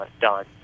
done